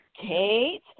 Kate